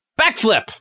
backflip